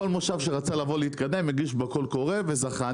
כל מושב שרצה לבוא ולהתקדם הגיש בקשה בקול הקורא וזכה.